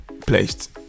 placed